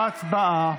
הצבעה.